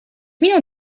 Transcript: minu